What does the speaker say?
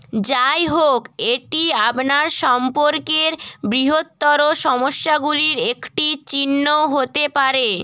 যাই হোক এটি আপনার সম্পর্কের বৃহত্তর সমস্যাগুলির একটি চিহ্ন হতে পারে